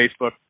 Facebook